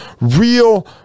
real